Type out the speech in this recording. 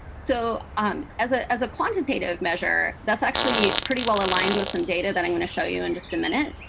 so and as ah as a quantitative measure, that's actually pretty well aligned with some data that i'm going to show you in just a minute.